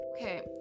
okay